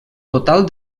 total